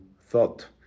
thought